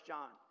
John